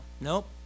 Nope